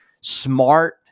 smart